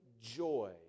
joy